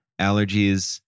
allergies